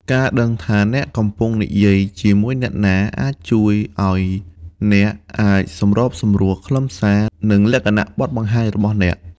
ការដឹងថាអ្នកកំពុងនិយាយជាមួយអ្នកណា អាចជួយឱ្យអ្នកអាចសម្របសម្រួលខ្លឹមសារ និងលក្ខណៈបទបង្ហាញរបស់អ្នក។